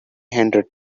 hundred